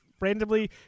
randomly